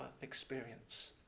experience